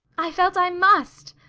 i felt i must.